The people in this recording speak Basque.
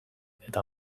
eta